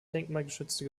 denkmalgeschützte